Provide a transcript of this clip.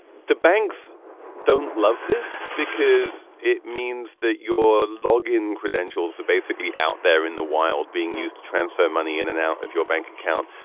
the banks don't love this because it means that your log in credentials are basically out there in the wild being used to transfer money in and out of your bank account.